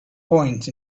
point